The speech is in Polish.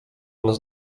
nas